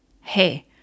hey